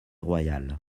royal